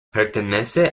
pertenece